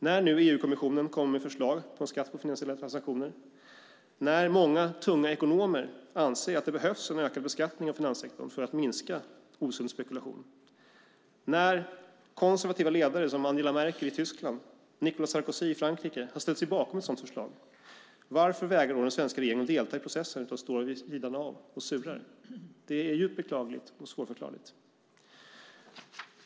När nu EU-kommissionen kommer med förslag på en skatt på finansiella transaktioner, när många tunga ekonomer anser att det behövs en ökad beskattning av finanssektorn för att minska osund spekulation och när konservativa ledare som Angela Merkel i Tyskland och Nicolas Sarkozy i Frankrike har ställt sig bakom ett sådant förslag, varför vägrar då den svenska regeringen delta i processen och står vid sidan av och surar? Det är djupt beklagligt och svårförklarligt.